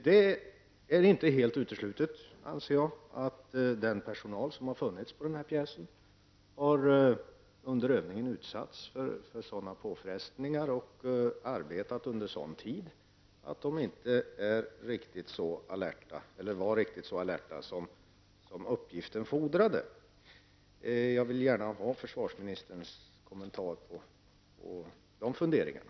Jag anser det inte helt uteslutet att den personal som fanns på den aktuella pjäsen under övningen har utsatts för sådana påfrestningar och har arbetat under sådan tid att den inte var riktigt så alert som uppgiften fordrade. Jag vill gärna få en kommentar från försvarsministern till de funderingarna.